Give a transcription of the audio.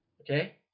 okay